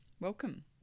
Welcome